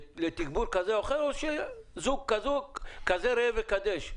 תגבור כזה או אחר, או שכזה ראה וקדש?